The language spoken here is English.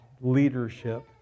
leadership